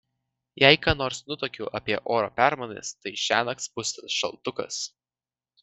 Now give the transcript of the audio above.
jei ką nors nutuokiu apie oro permainas tai šiąnakt spustels šaltukas